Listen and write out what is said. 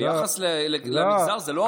ביחס למגזר זה לא הרבה.